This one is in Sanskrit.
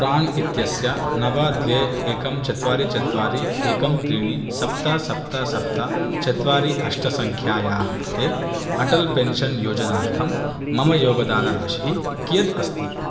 प्राण् इत्यस्य नव द्वे एकं चत्वारि चत्वारि एकं त्रीणि सप्त सप्त सप्त चत्वारि अष्ट सङ्ख्यायाः कृते अटल् पेन्शन् योजनार्थं मम योगदानराशिः कियत् अस्ति